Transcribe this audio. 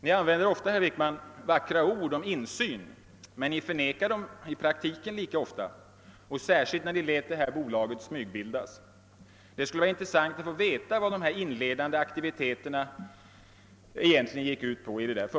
Ni använder ofta vackra ord om insyn, herr Wickman, men Ni förnekar dem i praktiken lika ofta och särskilt när Ni lät detta bolag. smygbildas. Det skulle vara intressant att få veta vad de inledande aktiviteterna egentligen gick ut på.